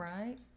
Right